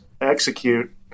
execute